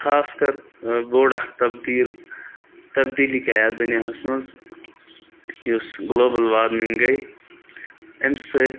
خاص کَرر بوٚڑ اَکھ تبدیٖل تبدیٖلی گٔے یَتھ دُنیاہَس منٛز یُس گلوبَل وارمِنٛگ گٔے أمۍ سۭتۍ